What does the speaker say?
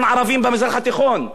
שיבינו מה אנחנו עושים,